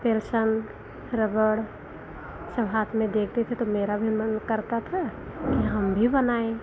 पेलसन रबड़ सब हाथ में देखते थे तो मेरा भी मन करता था कि हम भी बनाएँ